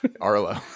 Arlo